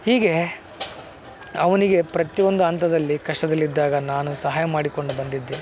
ಹೀಗೆ ಅವನಿಗೆ ಪ್ರತಿಯೊಂದು ಹಂತದಲ್ಲಿ ಕಷ್ಟದಲ್ಲಿದ್ದಾಗ ನಾನು ಸಹಾಯ ಮಾಡಿಕೊಂಡು ಬಂದಿದ್ದೆ